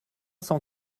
cent